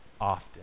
often